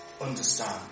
understand